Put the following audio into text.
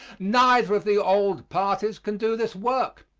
neither of the old parties can do this work.